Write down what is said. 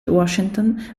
washington